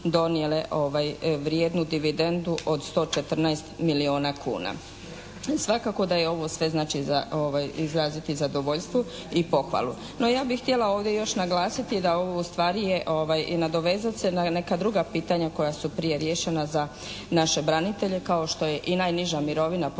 donijele vrijednu dividendu od 114 milijuna kuna. Svakako da je ovo sve za izraziti zadovoljstvo i pohvalu. No ja bi htjela ovdje još naglasiti da ovo ustvari je, i nadovezati se na neka druga pitanja koja su prije riješena za naše branitelje kao što je i najniža mirovina po Zakonu